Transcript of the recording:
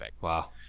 Wow